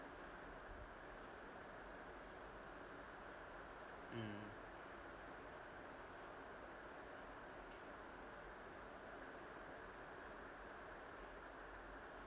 mm